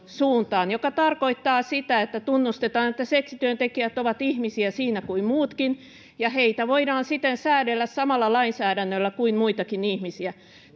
suuntaan joka tarkoittaa sitä että tunnustetaan että seksityöntekijät ovat ihmisiä siinä kuin muutkin ja heitä voidaan siten säädellä samalla lainsäädännöllä kuin muitakin ihmisiä